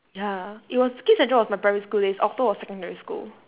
ya it was kids central was my primary school days okto was secondary school